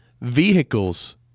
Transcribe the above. vehicles